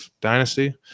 dynasty